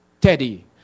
Teddy